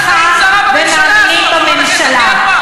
לא רואה אף אחד במליאה.